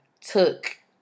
took